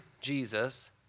Jesus